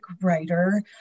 writer